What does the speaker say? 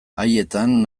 haietan